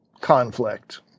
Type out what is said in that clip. conflict